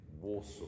Warsaw